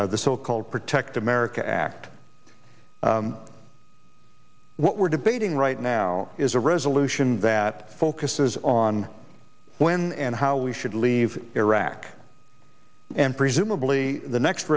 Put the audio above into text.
of the so called protect america act what we're debating right now is a resolution that focuses on when and how we should leave iraq and presumably the next